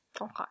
Okay